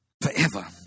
Forever